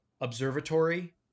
observatory